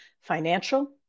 financial